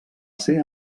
ser